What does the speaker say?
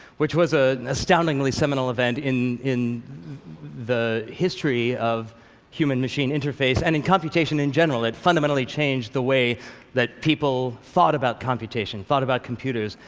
which was ah an astoundingly seminal event in in the history of human-machine interface and in computation in general. it fundamentally changed the way that people thought about computation, thought about computers,